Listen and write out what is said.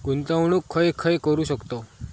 गुंतवणूक खय खय करू शकतव?